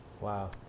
Wow